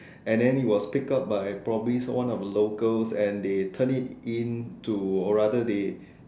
and then it was picked up by probably one of the locals and they turned it in to or rather they